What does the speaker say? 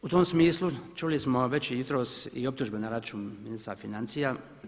U tom smislu čuli smo već jutros i optužbe na račun ministra financija.